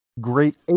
great